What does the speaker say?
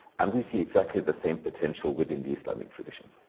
and we see exactly the same potential within the islamic tradition.